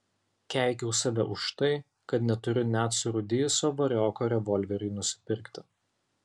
keikiau save už tai kad neturiu net surūdijusio varioko revolveriui nusipirkti